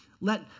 Let